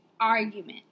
argument